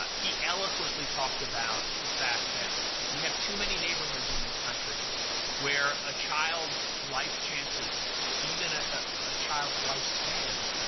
but he eloquently talked about the fact that we have too many neighborhoods in this country where a child's life chances, even ah a child's life span,